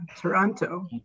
Toronto